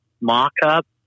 mock-up